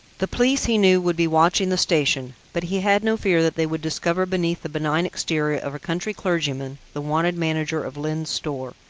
the police, he knew, would be watching the station, but he had no fear that they would discover beneath the benign exterior of a country clergyman, the wanted manager of lyne's store,